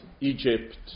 Egypt